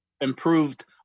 improved